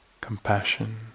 compassion